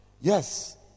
Yes